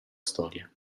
storia